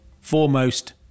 foremost